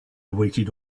waited